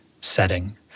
setting